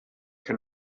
can